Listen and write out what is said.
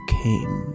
came